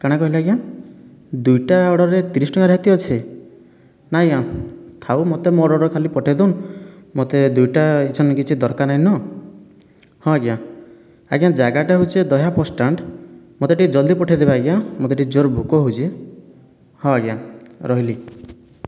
କ'ଣ କହିଲେ ଆଜ୍ଞା ଦୁଇଟା ଅର୍ଡ଼ରରେ ତିରିଶ ଟଙ୍କା ରିହାତି ଅଛି ନାଇଁ ଆଜ୍ଞା ଥାଉ ମୋତେ ମୋ' ଅର୍ଡ଼ର ଖାଲି ପଠାଇ ଦିଅନ୍ତୁ ମୋତେ ଦୁଇଟା ଇଚ୍ଛା ନାହିଁ କିଛି ଦରକାର ନାହିଁନ ହଁ ଆଜ୍ଞା ଆଜ୍ଞା ଜାଗାଟା ହେଉଛି ଦହ୍ୟା ବସ୍ ଷ୍ଟାଣ୍ଡ ମୋତେ ଟିକିଏ ଜଲ୍ଦି ପଠାଇଦେବେ ଆଜ୍ଞା ମୋତେ ଟିକିଏ ଜୋର୍ରେ ଭୋକ ହେଉଛି ହଁ ଆଜ୍ଞା ରହଲି